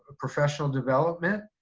ah professional development,